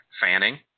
Fanning